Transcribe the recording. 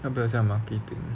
她比较像 marketing